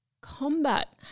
combat